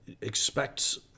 expects